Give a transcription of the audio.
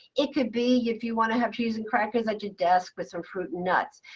it could be if you want to have cheese and crackers at your desk with some fruit and nuts.